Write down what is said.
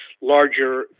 larger